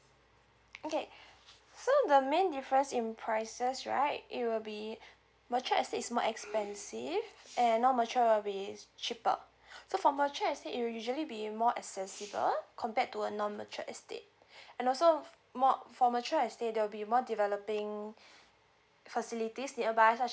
okay so the main difference in prices right it will be mature estate more expensive and non mature with cheaper so for mature estate it usually be more accessible compared to a non mature estate and also of more for mature estate there'll be more developing facilities nearby such